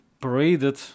paraded